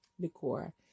decor